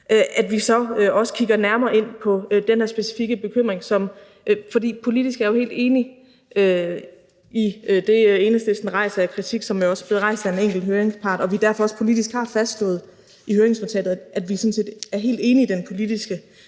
på at kigge nærmere på den her specifikke bekymring. For politisk er jeg jo helt enig i det, Enhedslisten rejser af kritik, som jo også er blevet rejst af en enkelt høringspart, og vi har derfor også politisk fastslået i høringsnotatet, at vi sådan set er helt enige i den politiske